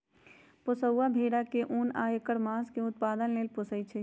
पोशौआ भेड़ा के उन आ ऐकर मास के उत्पादन लेल पोशइ छइ